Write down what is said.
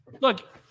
Look